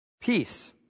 Peace